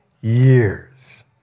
years